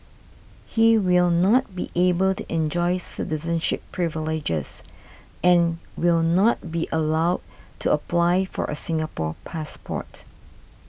he will not be able to enjoy citizenship privileges and will not be allowed to apply for a Singapore passport